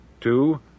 Two